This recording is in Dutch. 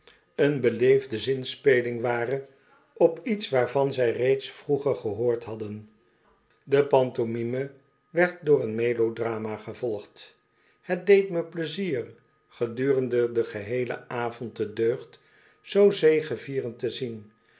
eene beleefde zinspeling ware op iets waarvan zij reeds vroeger gehoord hadden de pantomime werd door een melodrama gevolgd het deed me pleizier gedurende den geheelen avond de deugd zoo zegevierend te zien